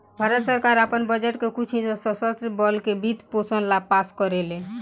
भारत सरकार आपन बजट के कुछ हिस्सा सशस्त्र बल के वित्त पोषण ला पास करेले